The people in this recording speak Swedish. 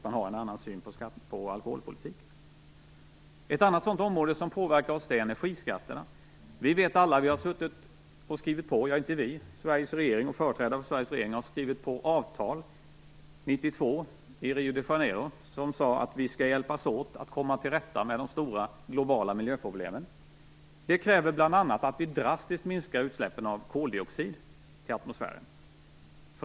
Man har en annan syn på alkoholpolitik där. Ett annat sådant område som påverkar oss är energiskatterna. Företrädare för Sveriges regering har skrivit på ett avtal 1992 i Rio de Janeiro som säger att vi skall hjälpas åt att komma till rätta med de stora globala miljöproblemen. Det kräver bl.a. att vi drastiskt minskar utsläppen av koldioxid till atmosfären.